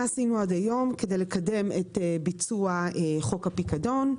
מה עשינו עד היום כדי לקדם את ביצוע חוק הפיקדון?